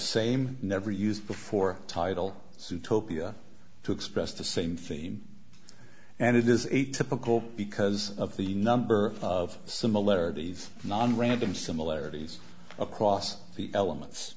same never used before title suit topia to express the same theme and it is a typical because of the number of similarities nonrandom similarities across the elements